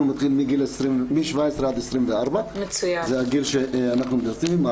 זה מגיל 17 עד 24. זה הגיל שאנחנו מתעסקים.